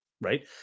right